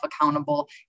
accountable